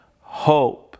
hope